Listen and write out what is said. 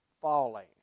falling